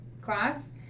class